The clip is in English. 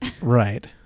Right